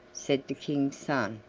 said the king's son.